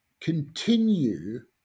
continue